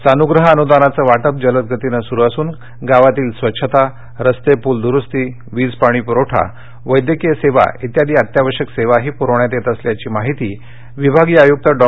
सानूग्रह अनुदानाचं वाटप जलदगतीने सुरू असून गावातील स्वच्छता रस्ते पूल दुरूस्ती वीज पाणी पुरवठा वैद्यकीय सेवा आदी अत्यावश्यक सेवाही पुरवण्यात येत असल्याची माहिती विभागीय आयुक्त डॉ